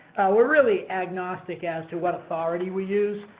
we're really agnostic as to what authority we use.